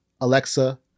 Alexa